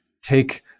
take